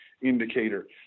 indicator